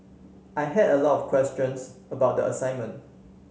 I had a lot of questions about the assignment